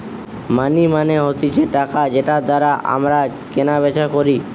মানি মানে হতিছে টাকা যেটার দ্বারা আমরা কেনা বেচা করি